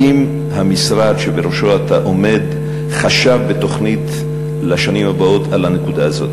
האם המשרד שבראשו אתה עומד חשב על הנקודה הזאת